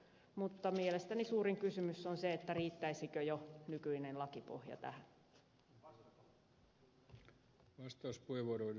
mutta mielestäni suurin kysymys on se riittäisikö jo nykyinen lakipohja tähän